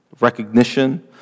Recognition